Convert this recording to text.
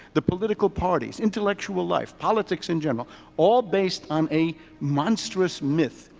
the political parties, intellectual life, politics in general all based on a monstrous myth.